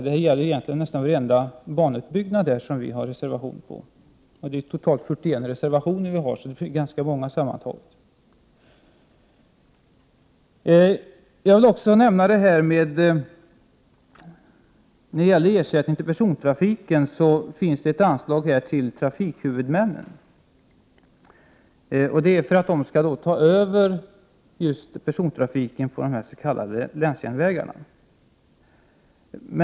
Det gäller egentligen varenda banutbyggnad som vi har reserverat oss till förmån för. Vi har totalt 41 reservationer, så det blir sammantaget ganska många. När det gäller ersättning till persontrafiken finns det ett anslag till trafikhuvudmännen för att de skall ta över persontrafiken på de s.k. länsjärnvägarna.